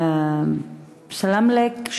סלמלק,